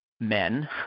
men